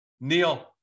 neil